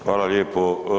Hvala lijepo.